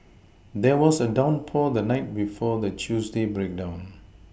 there was a downpour the night before the Tuesday breakdown